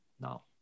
now